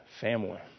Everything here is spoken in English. family